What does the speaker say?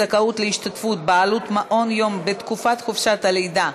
זכאות להשתתפות בעלות מעון-יום בתקופת חופשת הלידה),